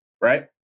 right